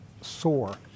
soar